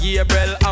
Gabriel